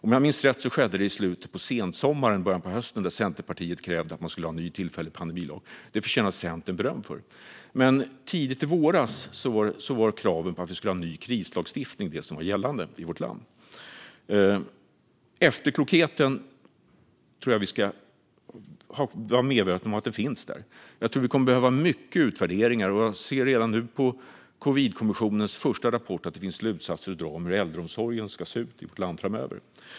Om jag minns rätt skedde det i slutet av sensommaren eller början av hösten. Men tidigt i våras var det kraven på en ny krislagstiftning det som var gällande i vårt land. Efterklokheten finns där. Det ska vi vara medvetna om. Jag tror att vi kommer att behöva mycket utvärderingar, och jag ser redan nu på Coronakommissionens första rapport att det finns slutsatser att dra om hur äldreomsorgen ska se ut i vårt land framöver.